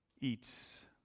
eats